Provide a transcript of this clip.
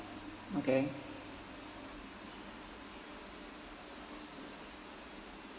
okay